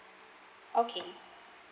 okay